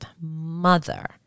mother